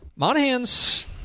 Monahans